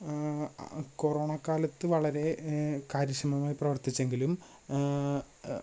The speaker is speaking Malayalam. കൊറോണ കാലത്ത് വളരെ കാര്യക്ഷമമായി പ്രവർത്തിച്ചെങ്കിലും